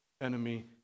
enemy